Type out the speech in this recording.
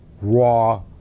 raw